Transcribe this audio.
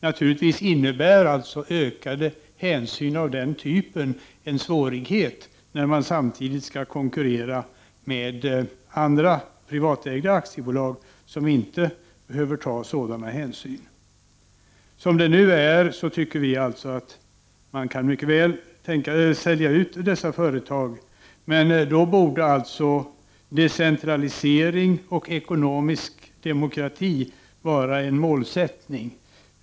Naturligtvis innebär ökad hänsyn en svårighet, när man samtidigt skall konkurrera med privatägda aktiebolag, som inte behöver ta sådana hänsyn. Som det nu är tycker vi alltså att man mycket väl kan sälja ut dessa företag, men då borde alltså decentralisering och ekonomisk demokrati vara en målsättning.